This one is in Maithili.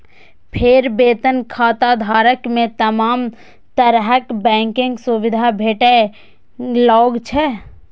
फेर वेतन खाताधारक कें तमाम तरहक बैंकिंग सुविधा भेटय लागै छै